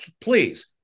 please